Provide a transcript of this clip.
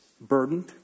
burdened